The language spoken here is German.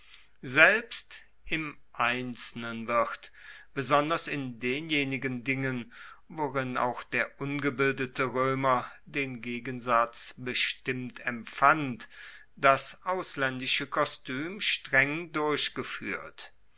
selbst im einzelnen wird besonders in denjenigen dingen worin auch der ungebildete roemer den gegensatz bestimmt empfand das auslaendische kostuem streng durchgefuehrt